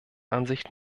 ansicht